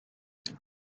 icbm